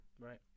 Right